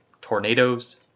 tornadoes